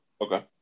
Okay